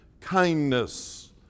kindness